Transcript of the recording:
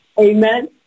Amen